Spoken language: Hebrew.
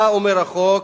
מה אומר החוק?